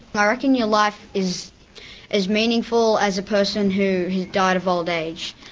i reckon your life is as meaningful as a person who has died of old age.